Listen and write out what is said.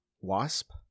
Wasp